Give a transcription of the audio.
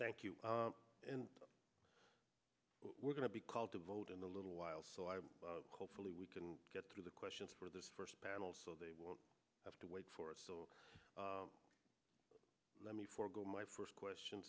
thank you and we're going to be called to vote in a little while so i hopefully we can get through the questions for the first panel so they will have to wait for us or let me forgo my first question